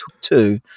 two